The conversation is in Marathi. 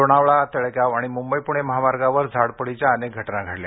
लोणावळा तळेगाव आणि मुंबई पुणे महामार्गावर झाडपडीच्या अनेक घटना घडल्या